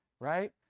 Right